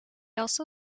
also